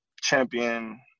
champion